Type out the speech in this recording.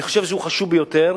אני חושב שהוא חשוב ביותר,